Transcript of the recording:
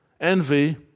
envy